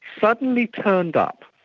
suddenly turned up.